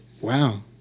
Wow